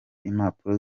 impapuro